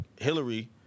Hillary